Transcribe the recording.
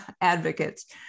advocates